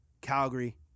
calgary